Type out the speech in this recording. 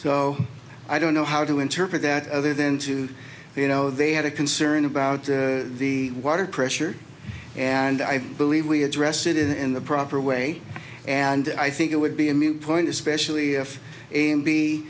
so i don't know how to interpret that other than to say you know they had a concern about the water pressure and i believe we address it in the proper way and i think it would be a mute point especially if a and b